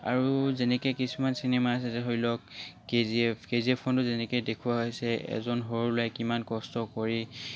আৰু যেনেকৈ কিছুমান চিনেমা আছে ধৰি লওক কে জি এফ কে জি এফখনো যেনেকৈ দেখুৱা হয় এজন সৰু ল'ৰাই কিমান কষ্ট কৰি